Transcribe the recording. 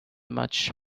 much